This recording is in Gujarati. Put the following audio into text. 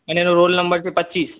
અને એનો રોલ નંબર છે પચીસ